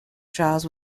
giles